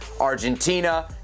Argentina